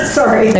Sorry